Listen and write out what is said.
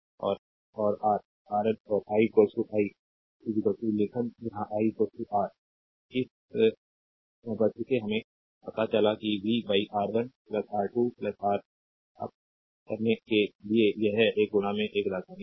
और R R N और I R I लेखन यहां आई आर इस एक बस हमें पता चला कि V R 1 R 2 R up करने के लिए यह एक आर राजधानी Rn